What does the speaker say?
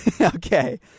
Okay